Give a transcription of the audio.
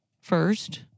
first